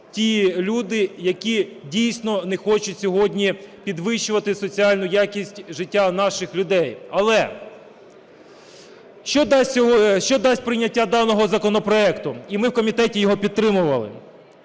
ті люди, які дійсно не хочуть сьогодні підвищувати соціальну якість життя наших людей. Але що дасть прийняття даного законопроекту, і ми в комітеті його підтримували.